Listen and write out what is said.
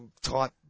type